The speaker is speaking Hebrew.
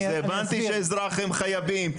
הבנתי שאזרח הם חייבים.